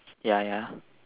ya ya